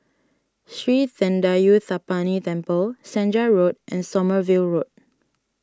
Sri thendayuthapani Temple Senja Road and Sommerville Road